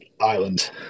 island